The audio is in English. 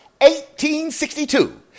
1862